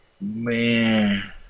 Man